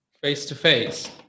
face-to-face